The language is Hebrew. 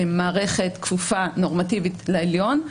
מערכת כפופה נורמטיבית לעליון,